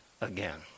again